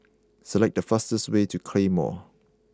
select the fastest way to Claymore